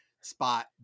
spot